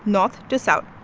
not just out.